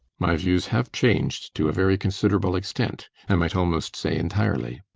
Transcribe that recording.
my views have changed to a very considerable extent i might almost say entirely.